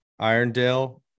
Irondale